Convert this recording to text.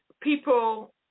people